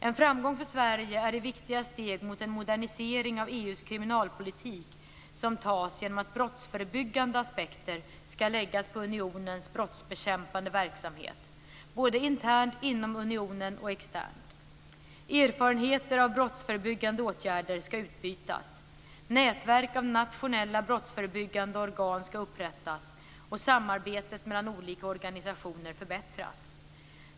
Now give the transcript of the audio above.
En framgång för Sverige är det viktiga steg mot en modernisering av EU:s kriminalpolitik som tas genom att brottsförebyggande aspekter ska läggas på unionens brottsbekämpande verksamhet, både internt inom unionen och externt. Erfarenheter av brottsförebyggande åtgärder ska utbytas. Nätverk av nationella brottsförebyggande organ ska upprättas, och samarbetet mellan olika organisationer förbättras.